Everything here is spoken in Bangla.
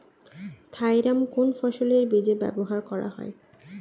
থাইরাম কোন ফসলের বীজে ব্যবহার করা হয়?